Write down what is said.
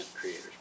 creators